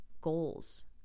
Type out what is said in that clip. goals